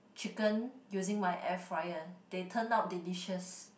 chicken using my air fryer they turn out delicious